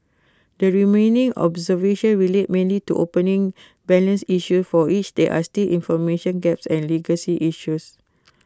the remaining observations relate mainly to opening balance issues for which there are still information gaps and legacy issues